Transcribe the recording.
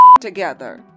together